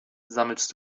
sammelst